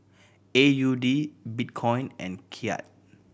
A U D Bitcoin and Kyat